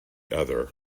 other